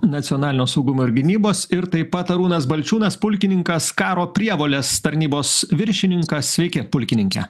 nacionalinio saugumo ir gynybos ir taip pat arūnas balčiūnas pulkininkas karo prievolės tarnybos viršininkas sveiki pulkininke